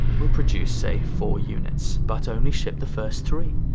we'll produce, say, four units, but only ship the first three!